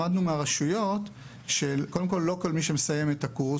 למדנו מהרשויות שלא כל מי שמסיים את הקורס